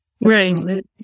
Right